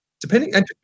Depending